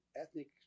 ethnic